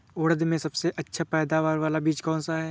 उड़द में सबसे अच्छा पैदावार वाला बीज कौन सा है?